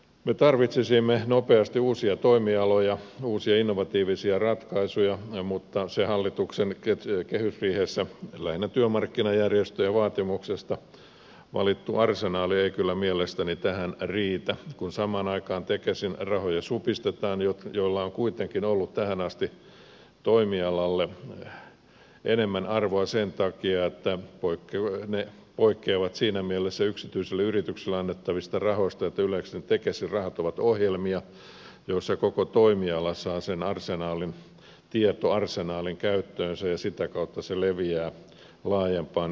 me tarvitsisimme nopeasti uusia toimialoja uusia innovatiivisia ratkaisuja mutta se hallituksen kehysriihessä lähinnä työmarkkinajärjestöjen vaatimuksesta valittu arsenaali ei kyllä mielestäni tähän riitä kun samaan aikaan supistetaan tekesin rahoja joilla on kuitenkin ollut tähän asti toimialalle enemmän arvoa sen takia että ne poikkeavat siinä mielessä yksityisille yrityksille annettavista rahoista että yleensä tekesin rahat ovat ohjelmia joissa koko toimiala saa sen tietoarsenaalin käyttöönsä ja sitä kautta se leviää laajempaan yritysjoukkoon